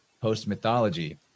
post-mythology